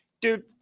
dude